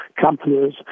companies